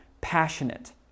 passionate